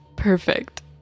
perfect